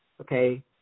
okay